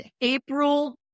April